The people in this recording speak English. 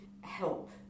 help